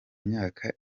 myaka